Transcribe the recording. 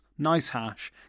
Nicehash